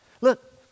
Look